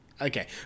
Okay